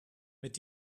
mit